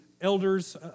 elders